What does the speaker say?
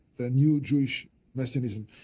the new jewish messianism,